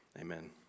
Amen